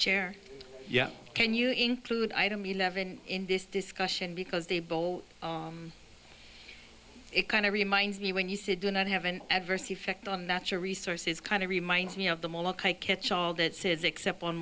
chair yeah can you include item eleven in this discussion because they both it kind of reminds me when you say do not have an adverse effect on natural resources kind of reminds me of the catch all that says except on